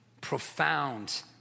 profound